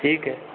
ठीक है